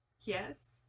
yes